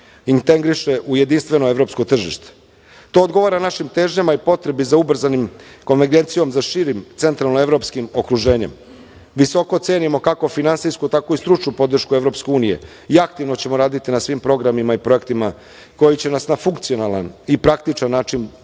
integriše u jedinstveno evropsko tržite. To odgovara našim težnjama i potrebi za ubrzanom konvergencijom za širim centralno-evropskim okruženjem. Visoko cenimo kako finansijsku, tako i stručnu podršku EU i aktivno ćemo raditi na svim programima i projektima koji će nas na funkcionalan i praktičan način